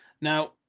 Now